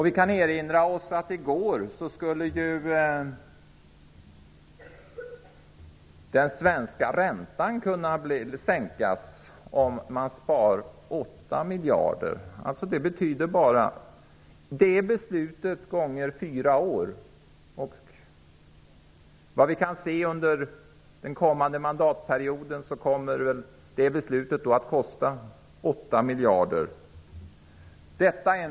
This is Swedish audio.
I gårdagens debatt sades det att den svenska räntan skulle kunna sänkas om man sparade 8 miljarder. Det är lika mycket som regeringens beslut av den 14 april kommer att kosta under fyra år. Enligt vad vi kan se kommer det beslutet alltså att kosta 8 miljarder under den kommande mandatperioden.